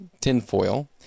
Tinfoil